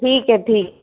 ठीक है ठीक